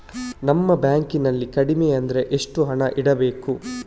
ನಮ್ಮ ಬ್ಯಾಂಕ್ ನಲ್ಲಿ ಕಡಿಮೆ ಅಂದ್ರೆ ಎಷ್ಟು ಹಣ ಇಡಬೇಕು?